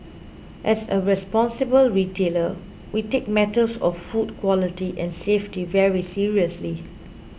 as a responsible retailer we take matters of food quality and safety very seriously